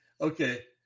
okay